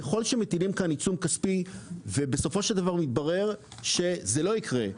ככל שמטילים כאן עיצום כספי ובסופו של דבר מתברר שזה לא יקרה,